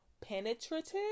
penetrative